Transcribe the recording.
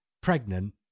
pregnant